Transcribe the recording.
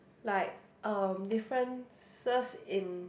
like um differences in